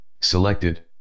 selected